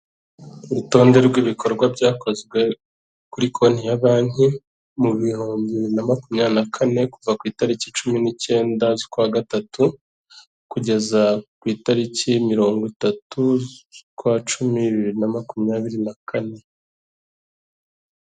Urutonde rw'ibikorwa byakozwe kuri konti ya banki mu bihumbi bibiri na makumyabiri na kane; kuva ku itariki cumi nicyenda kwa gatatu, kugeza ku itariki mirongo itatu z'ukwa cumi biri na makumyabiri na kane.